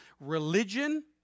religion